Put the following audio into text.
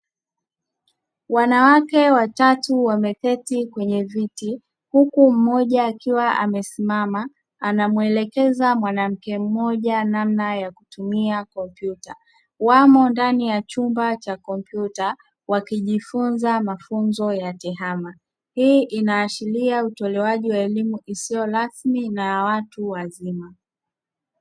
Wanawake watatu wameketi kwenye viti huku mmoja akiwa amesimama anamuelekeza mwanamke mmoja namna ya kutumia kompyuta. Wamo ndani ya chumba cha kumpyuta wakijifunza mafunzo ya tehama. Hii inaashiria utolewaji wa elimu isiyo rasmi na ya watu wazima.